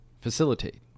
facilitate